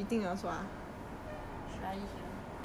should I eat here